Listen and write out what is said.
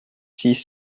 six